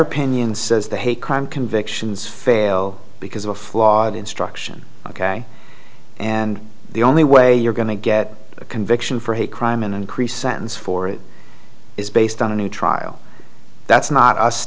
pinioned says the hate crime convictions fail because of a flawed instruction ok and the only way you're going to get a conviction for a crime and increase sentence for it is based on a new trial that's not us